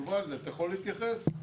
יובל, אתה יכול להתייחס?